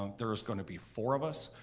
there is going to be four of us,